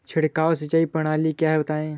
छिड़काव सिंचाई प्रणाली क्या है बताएँ?